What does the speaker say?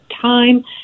time